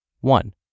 One